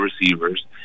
receivers